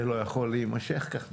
זה לא יכול להימשך כך.